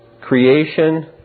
Creation